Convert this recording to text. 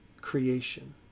creation